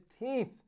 15th